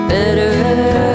better